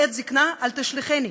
לעת זיקנה אל תשליכני,